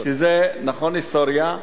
זה כבר היסטורי.